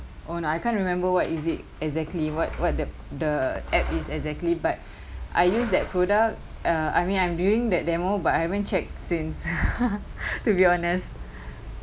oh no I can't remember what is it exactly what what the the app is exactly but I use that product uh I mean I'm doing that demo but I haven't check since to be honest